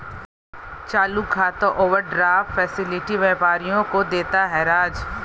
चालू खाता overdraft facility व्यापारियों को देता है राज